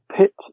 Pit